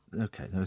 Okay